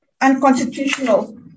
unconstitutional